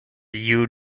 you